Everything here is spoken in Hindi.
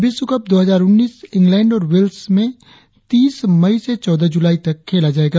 विश्व कप दो हजार उन्नीस इग्लैंड और वेल्स में तीस मई से चौदह जुलाई तक खेला जाएगा